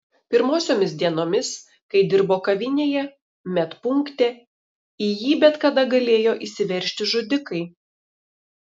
pirmosiomis dienomis kai dirbo kavinėje medpunkte į jį bet kada galėjo įsiveržti žudikai